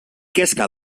kezka